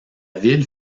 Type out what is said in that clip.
ville